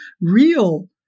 real